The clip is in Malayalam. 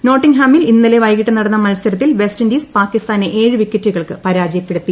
നോട്ടിട്ട്ഹ്ഹാമിൽ ഇന്നലെ വൈകിട്ട് നടന്ന മൽസരത്തിൽ വെസ്റ്റ് ഇന്റീസ് ഷ്ട്രീകിസ്ഥാനെ ഏഴ് വിക്കറ്റുകൾക്ക് പരാജയപ്പെടുത്തി